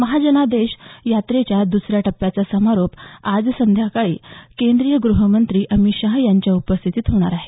महाजनादेश यात्रेच्या दसऱ्या टप्प्याचा समारोप आज सायंकाळी केंद्रीय ग्रहमंत्री अमित शहा यांच्या उपस्थितीत होणार आहे